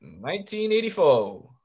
1984